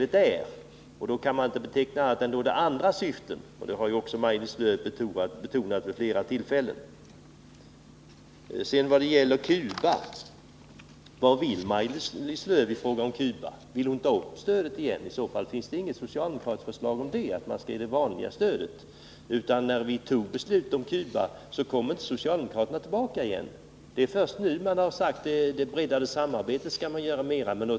Det innebär att det är andra syften med biståndet än att förverkliga målet för biståndspolitiken. Det har också Maj-Lis Lööw betonat vid flera tillfällen. Vad vill Maj-Lis Lööw i fråga om Cuba? Vill hon ta upp stödet igen? Det finns inte något socialdemokratiskt förslag om att vi skall ge vanligt bistånd till Cuba. Socialdemokraterna kom nämligen inte tillbaka med förslag om en höjning av biståndet efter det att vi 1976 hade fattat beslutet att skära ned biståndet till Cuba. Det är först nu som socialdemokraterna har sagt att vi inom ramen för det s.k. bredare samarbetet skall göra mera för Cuba.